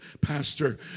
Pastor